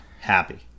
happy